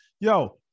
Yo